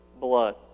blood